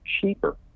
cheaper